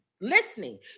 listening